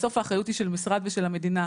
בסוף האחריות היא של המשרד ושל המדינה.